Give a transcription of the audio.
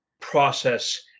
process